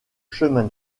chemin